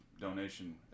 donation